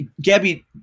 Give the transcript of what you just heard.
gabby